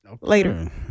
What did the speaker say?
later